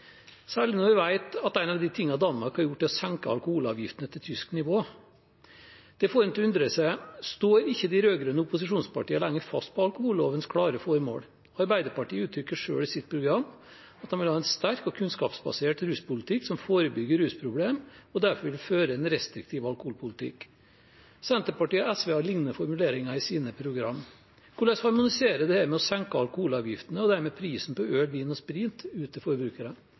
særlig når vi vet at en av de tingene Danmark har gjort, er å senke alkoholavgiftene til tysk nivå. Det får en til å undre seg: Står ikke de rød-grønne opposisjonspartiene lenger fast på alkohollovens klare formål? Arbeiderpartiet uttrykker selv i sitt program at de vil ha en sterk og kunnskapsbasert ruspolitikk som forebygger rusproblem, og derfor vil føre en restriktiv alkoholpolitikk. Senterpartiet og SV har lignende formuleringer i sine program. Hvordan harmonerer dette med å senke alkoholavgiftene, og dermed prisen på øl, vin og sprit ut til forbrukerne?